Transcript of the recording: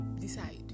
decide